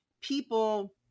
people